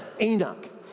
Enoch